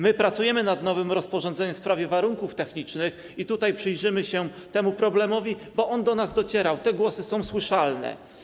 My pracujemy nad nowym rozporządzeniem w sprawie warunków technicznych i przyjrzymy się temu problemowi, bo takie sygnały do nas docierały, te głosy są słyszalne.